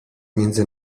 między